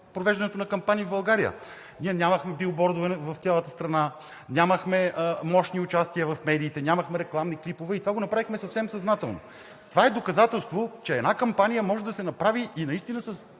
провеждането на кампании в България. Ние нямахме билбордове в цялата страна, нямахме мощни участия в медиите, нямахме рекламни клипове и това го направихме съвсем съзнателно. Това е доказателство, че една кампания може да се направи и наистина с